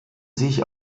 sich